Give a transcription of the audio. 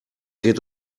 geht